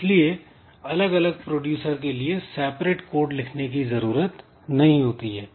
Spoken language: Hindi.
इसीलिए अलग अलग प्रोड्यूसर के लिए सेपरेट कोड लिखने की जरूरत नहीं होती है